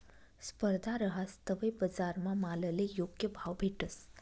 स्पर्धा रहास तवय बजारमा मालले योग्य भाव भेटस